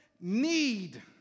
need